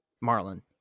Marlin